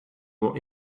more